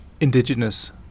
indigenous